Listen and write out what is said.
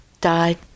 died